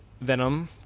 Venom